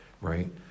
right